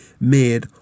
made